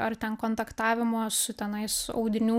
ar ten kontaktavimo su tenais audinių